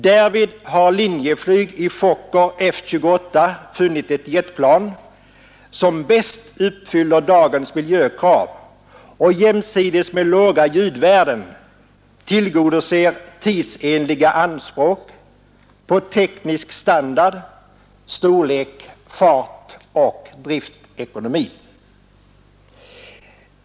Därvid har Linjeflyg i Fokker F-28 funnit ett jetplan som bäst uppfyller dagens miljökrav och jämsides med låga ljudvärden tillgodoser tidsenliga anspråk på teknisk standard, storlek, fart och driftekonomi.